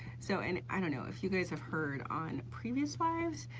so and i don't know, if you guys have heard on previous five's,